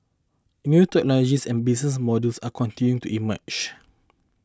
new technologies and business models are continuing to emerge